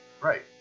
Right